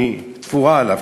היא תפורה עליו,